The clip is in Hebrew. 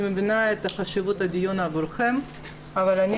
אני מבינה את חשיבות הדיון עבורכם אבל אני